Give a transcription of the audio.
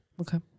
Okay